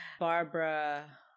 Barbara